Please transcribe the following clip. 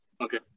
Okay